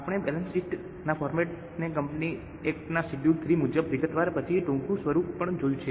આપણે balance sheet ના ફોર્મેટને કંપની એક્ટના શેડ્યૂલ III મુજબ વિગતવાર પછી ટૂંકું સ્વરૂપ પણ જોયું છે